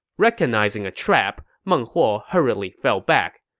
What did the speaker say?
recognizing a trap, meng huo hurriedly fell back,